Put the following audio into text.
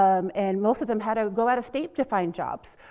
um and most of them had to go out of state to find jobs.